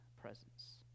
presence